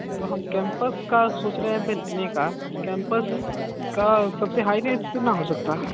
तो हम कैंपस का सोच रहे थे लेने का कैंपस का सबसे हाई रेन्ज कितना हो सकता है